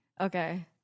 Okay